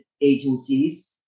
agencies